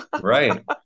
right